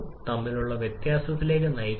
അപ്പോൾ ഇതിന്റെ ഫലം എന്തായിരിക്കും